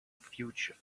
future